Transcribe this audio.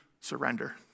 surrender